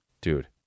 Dude